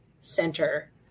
center